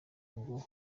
ngo